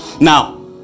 Now